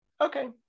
Okay